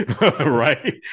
Right